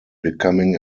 becoming